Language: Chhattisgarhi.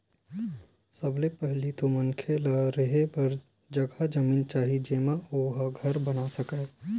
सबले पहिली तो मनखे ल रेहे बर जघा जमीन चाही जेमा ओ ह घर बना सकय